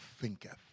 thinketh